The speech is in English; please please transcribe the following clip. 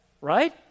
right